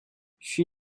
she